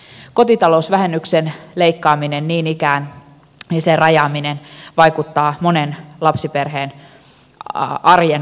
niin ikään kotitalousvähennyksen leikkaaminen ja sen rajaaminen vaikuttavat monen lapsiperheen arjen valintoihin